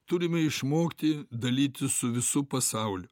turime išmokti dalytis su visu pasauliu